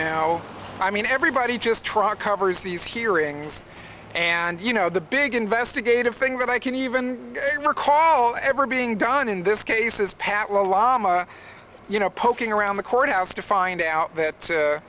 know i mean everybody just trot covers these hearings and you know the big investigative thing that i can even recall ever being done in this case is pat lalama you know poking around the courthouse to find out that